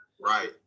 right